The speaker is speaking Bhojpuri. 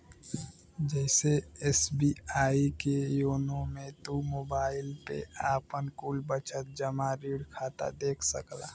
जइसे एस.बी.आई के योनो मे तू मोबाईल पे आपन कुल बचत, जमा, ऋण खाता देख सकला